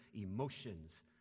emotions